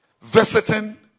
visiting